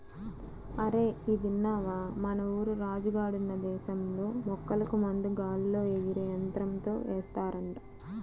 అరేయ్ ఇదిన్నవా, మన ఊరు రాజు గాడున్న దేశంలో మొక్కలకు మందు గాల్లో ఎగిరే యంత్రంతో ఏస్తారంట